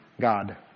God